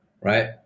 right